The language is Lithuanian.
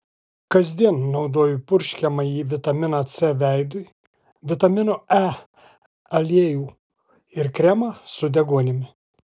kasdien naudoju purškiamąjį vitaminą c veidui vitamino e aliejų ir kremą su deguonimi